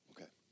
Okay